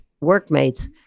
workmates